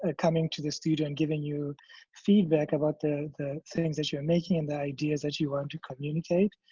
ah coming to the student and giving you feedback about the the things that you are making and the ideas that you want to communicate.